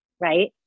right